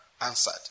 answered